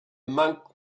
monk